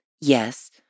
Yes